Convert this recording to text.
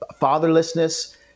fatherlessness